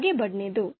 आगे बढ़ने दो